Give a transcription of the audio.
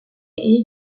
est